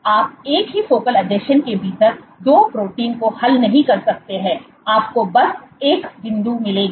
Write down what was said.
आप एक ही फोकल आसंजन के भीतर 2 प्रोटीन को हल नहीं कर सकते हैं आपको बस एक बूंद मिलेगी